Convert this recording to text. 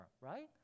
right